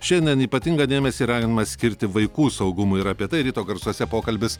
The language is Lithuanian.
šiandien ypatingą dėmesį raginama skirti vaikų saugumui ir apie tai ryto garsuose pokalbis